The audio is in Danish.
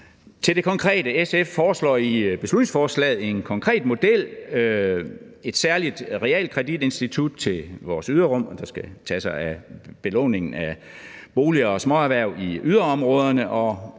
SF foreslår i beslutningsforslaget en konkret model, et særligt realkreditinstitut til vores yderområder, der skal tage sig af belåningen af boliger og småerhverv i yderområderne,